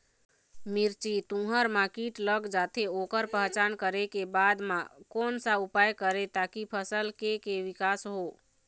मिर्ची, तुंहर मा कीट लग जाथे ओकर पहचान करें के बाद मा कोन सा उपाय करें ताकि फसल के के विकास हो?